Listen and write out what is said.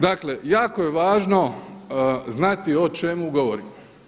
Dakle, jako je važno znati o čemu govorimo.